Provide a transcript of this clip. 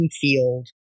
field